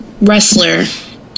wrestler